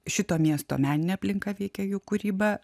šito miesto meninė aplinka veikia jų kūrybą